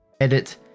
Edit